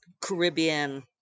Caribbean